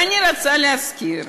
ואני רוצה להזכיר